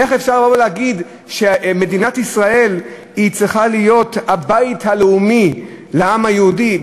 איך אפשר לבוא ולהגיד שמדינת ישראל צריכה להיות הבית הלאומי לעם היהודי?